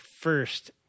first